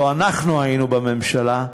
לא אנחנו היינו בממשלה,